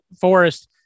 forest